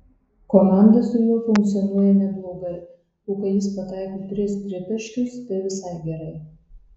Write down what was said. komanda su juo funkcionuoja neblogai o kai jis pataiko tris tritaškius tai visai gerai